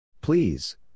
Please